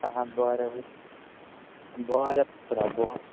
आं बरें पात्रांव बरें